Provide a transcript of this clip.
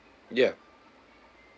yeah